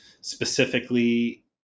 specifically